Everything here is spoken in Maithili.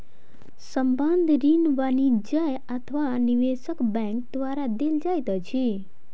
संबंद्ध ऋण वाणिज्य अथवा निवेशक बैंक द्वारा देल जाइत अछि